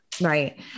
Right